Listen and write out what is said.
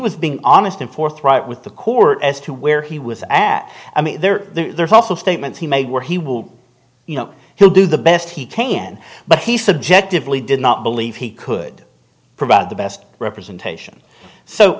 was being honest and forthright with the court as to where he was at i mean there's also statements he made where he will you know he'll do the best he can but he subjectively did not believe he could provide the best representation so